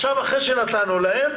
עכשיו אחרי שנתנו להם,